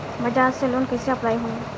बजाज से लोन कईसे अप्लाई होई?